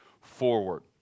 forward